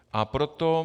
A proto...